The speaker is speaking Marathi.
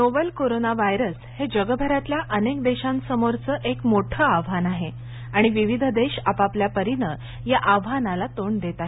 नोवल कोरोना वायरस हे जगभरातल्या अनेक देशांसमोरचं एक मोठं आव्हान आहे आणि विविध देश आपापल्या परीनं या आव्हानाला तोंड देत आहेत